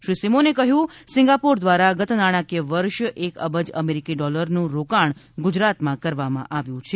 શ્રી સિમોને કહ્યું હતું કે સિંગાપોર દ્વારા ગત નાણાકીય વર્ષ એક અબજ અમેરીકી ડોલરનું રોકાણ ગુજરાતમાં કરવામાં આવ્યું છે